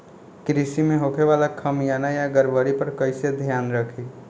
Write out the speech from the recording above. कृषि में होखे वाला खामियन या गड़बड़ी पर कइसे ध्यान रखि?